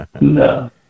No